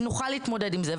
שנוכל להתמודד עם זה.